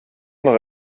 noch